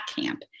camp